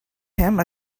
him